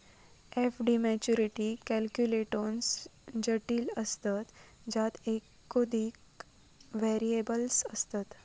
FD maturity calculations जटिल असतत ज्यात एकोधिक व्हेरिएबल्स असतत